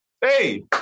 Hey